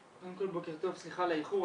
קודם כל בוקר טוב, סליחה על האיחור.